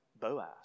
Boaz